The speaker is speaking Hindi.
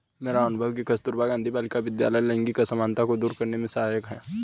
मेरा अनुभव है कि कस्तूरबा गांधी बालिका विद्यालय लैंगिक असमानता को दूर करने में सहायक है